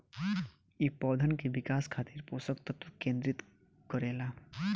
इ पौधन के विकास खातिर पोषक तत्व केंद्रित करे ला